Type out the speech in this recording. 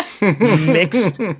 Mixed